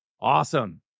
Awesome